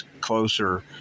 closer